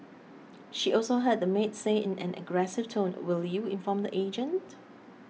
she also heard the maid say in an aggressive tone will you inform the agent